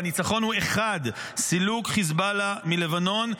והניצחון הוא אחד: סילוק חיזבאללה מלבנון,